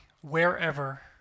wherever